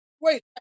wait